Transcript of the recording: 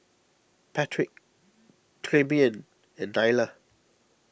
Patric Tremaine and Nyla